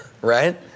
right